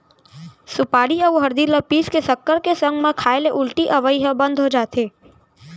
सुपारी अउ हरदी ल पीस के सक्कर के संग म खाए ले उल्टी अवई ह बंद हो जाथे